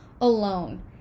alone